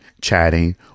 chatting